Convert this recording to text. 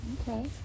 Okay